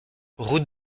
route